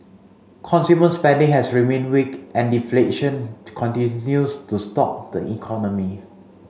consumer spending has remained weak and deflation continues to stalk the economy